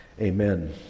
Amen